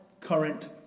current